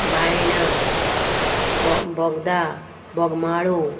बायणां बो बोगदा बोगमाळो